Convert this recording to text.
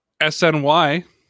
SNY